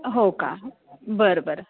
हो का बरं बरं